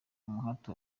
umuhate